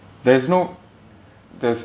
there's no there's